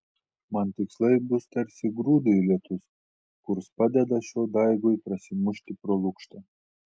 man tikslai bus tarsi grūdui lietus kurs padeda šio daigui prasimušti pro lukštą